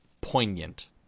poignant